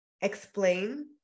explain